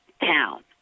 town